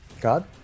God